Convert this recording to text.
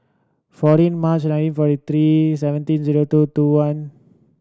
fourteen March nineteen forty three seventeen zero two two one